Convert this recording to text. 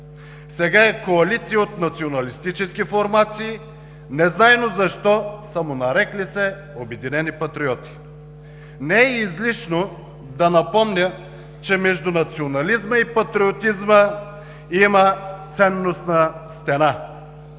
Сега е коалиция от националистически формации, незнайно защо самонарекли се „Обединени патриоти“. Не е излишно да напомня, че между национализма и патриотизма има ценностна стена.